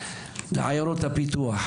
לעיירות הפיתוח,